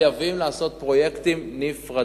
לכן, חייבים לעשות פרויקטים נפרדים.